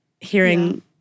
hearing